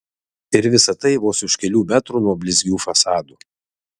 ir visa tai vos už kelių metrų nuo blizgių fasadų